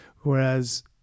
whereas